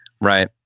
right